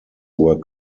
were